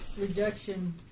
rejection